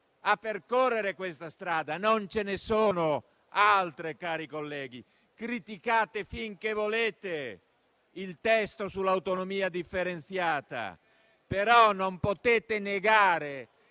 a percorrere questa strada. Non ce ne sono altre, cari colleghi. Criticate finché volete il testo dell'autonomia differenziata, ma non potete negare